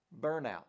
Burnout